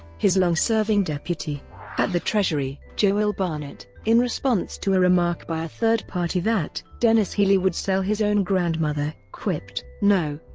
his long-serving deputy at the treasury, joel barnett, in response to a remark by a third party that denis healey would sell his own grandmother, quipped, no,